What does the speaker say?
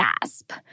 gasp